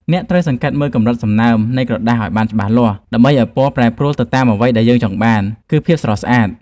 អ្នកត្រូវសង្កេតមើលកម្រិតសំណើមនៃក្រដាសឱ្យបានច្បាស់លាស់ដើម្បីឱ្យពណ៌ប្រែប្រួលទៅតាមអ្វីដែលយើងចង់បាន គឺ ភាពស្រស់ស្អាត។